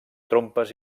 trompes